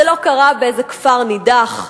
זה לא קרה באיזה כפר נידח,